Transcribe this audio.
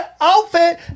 outfit